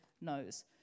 knows